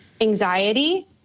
anxiety